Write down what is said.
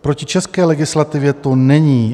Proti české legislativě to není.